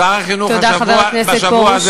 שר החינוך בשבוע הזה, תודה, חבר הכנסת פרוש.